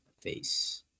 face